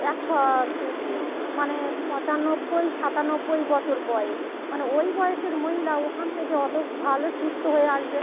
একশো ছুঁই ছুঁই মানে পঁচানব্বই সাতানব্বই বছর বয়স মানে ওই বয়সের মহিলা ওখান থেকে অত ভালো সুস্থ হয়ে আসবে